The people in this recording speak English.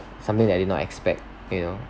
something that I did not expect you know